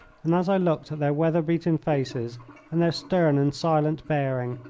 and as i looked at their weather-beaten faces and their stern and silent bearing,